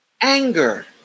anger